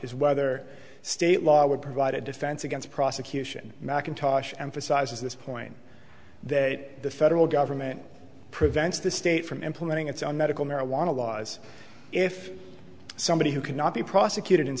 is whether state law would provide a defense against prosecution mcintosh emphasizes this point that the federal government prevents the state from implementing its own medical marijuana laws if somebody who cannot be prosecuted in